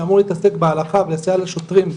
שאמור להתעסק בהלכה ולסייע לשוטרים,